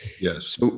yes